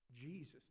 Jesus